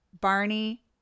Barney